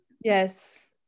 Yes